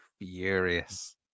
furious